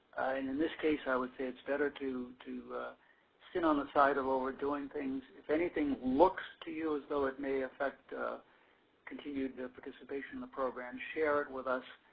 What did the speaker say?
and in this case, i would say its better to to seen on the side of overdoing things. if anything looks to you as though it may affect continued participation in the program, share it with us.